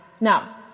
Now